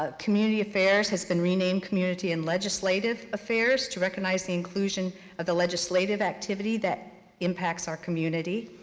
ah community affairs, has been renamed community and legislative affairs to recognize the inclusion of the legislative activity that impacts our community.